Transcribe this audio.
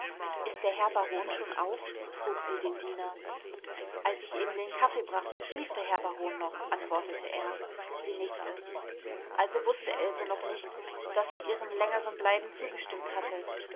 ist der herr baron schon auf frug sie den diener als ich eben den kaffee brachte schlief der herr baron noch antwortete er sie nickte also wußte else noch nicht daß sie ihrem längeren bleiben zugestimmt hatte